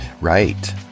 Right